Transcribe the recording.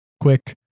quick